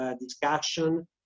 discussion